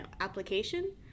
application